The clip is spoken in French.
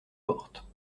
morte